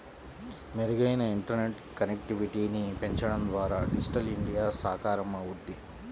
మెరుగైన ఇంటర్నెట్ కనెక్టివిటీని పెంచడం ద్వారా డిజిటల్ ఇండియా సాకారమవుద్ది